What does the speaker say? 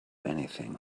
anything